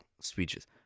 speeches